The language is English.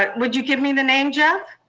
ah would you give me the name, jeff?